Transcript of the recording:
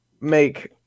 make